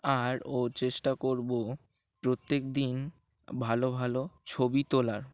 আর ও চেষ্টা করবো প্রত্যেক দিন ভালো ভালো ছবি তোলার